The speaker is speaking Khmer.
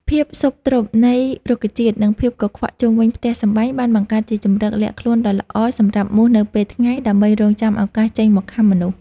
ភាពស៊ុបទ្រុបនៃរុក្ខជាតិ និងភាពកខ្វក់ជុំវិញផ្ទះសម្បែងបានបង្កើតជាជម្រកលាក់ខ្លួនដ៏ល្អសម្រាប់មូសនៅពេលថ្ងៃ ដើម្បីរង់ចាំឱកាសចេញមកខាំមនុស្ស។